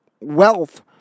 wealth